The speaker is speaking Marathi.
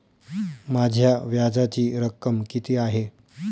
माझ्या व्याजाची रक्कम किती आहे?